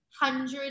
hundred